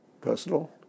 personal